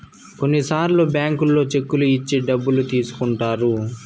కొన్నిసార్లు బ్యాంకుల్లో చెక్కులు ఇచ్చి డబ్బులు తీసుకుంటారు